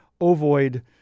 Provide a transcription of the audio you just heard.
ovoid